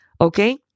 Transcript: okay